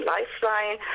Lifeline